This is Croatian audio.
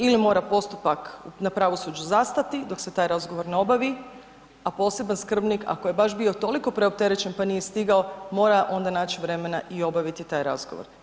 Ili mora postupak na pravosuđu zastati dok se taj razgovor ne obavi, a poseban skrbnik, ako je baš bio toliko preopterećen pa nije stigao, mora onda naći vremena i obaviti taj razgovor.